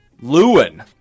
lewin